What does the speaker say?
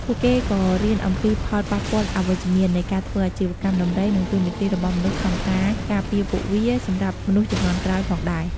ពួកគេក៏រៀនអំពី ផលប៉ះពាល់អវិជ្ជមាននៃការធ្វើអាជីវកម្មដំរី និង តួនាទីរបស់មនុស្សក្នុងការការពារពួកវា សម្រាប់មនុស្សជំនាន់ក្រោយផងដែរ។